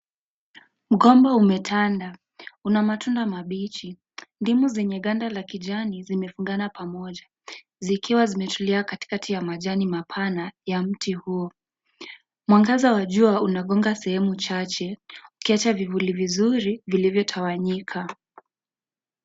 mgomba umetanda. Una matunda mabichi. Ndizi zenye ganda la kijani zimefungana pamoja zikiwa zimetulia katikati ya majani mapana ya mti huo. Mwangaza wa jua unagonga sehemu chache ukiacha vivuli vizuri vilivyotawanyika.